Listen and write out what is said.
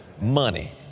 Money